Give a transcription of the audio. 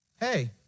Hey